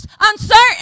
uncertain